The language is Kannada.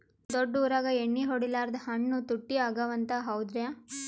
ದೊಡ್ಡ ಊರಾಗ ಎಣ್ಣಿ ಹೊಡಿಲಾರ್ದ ಹಣ್ಣು ತುಟ್ಟಿ ಅಗವ ಅಂತ, ಹೌದ್ರ್ಯಾ?